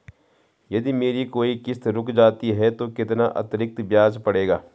यदि मेरी कोई किश्त रुक जाती है तो कितना अतरिक्त ब्याज पड़ेगा?